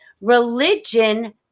religion